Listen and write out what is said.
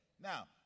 Now